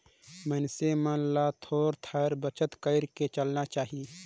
मइनसे मन ल थोर थार बचत कइर के चलना चाही